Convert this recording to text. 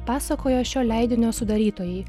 pasakojo šio leidinio sudarytojai